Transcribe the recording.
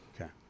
Okay